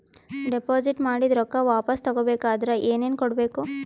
Deposit ಮಾಡಿದ ರೊಕ್ಕ ವಾಪಸ್ ತಗೊಬೇಕಾದ್ರ ಏನೇನು ಕೊಡಬೇಕು?